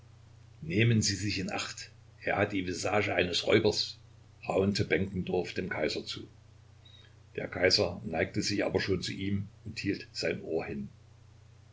nehmen sie sich in acht er hat die visage eines räubers raunte benkendorf dem kaiser zu der kaiser neigte sich aber schon zu ihm und hielt sein ohr hin